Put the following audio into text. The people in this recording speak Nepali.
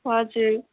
हजुर